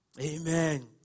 Amen